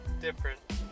different